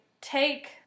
take